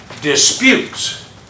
disputes